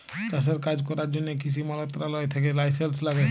চাষের কাজ ক্যরার জ্যনহে কিসি মলত্রলালয় থ্যাকে লাইসেলস ল্যাগে